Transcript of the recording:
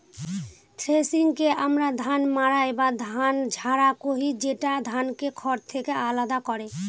থ্রেশিংকে আমরা ধান মাড়াই বা ধান ঝাড়া কহি, যেটা ধানকে খড় থেকে আলাদা করে